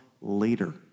later